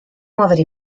muovere